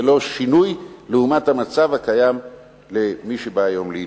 זה לא שינוי לעומת המצב הקיים למי שבא היום להינשא.